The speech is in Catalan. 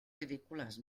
ridícules